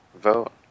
vote